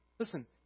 Listen